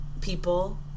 people –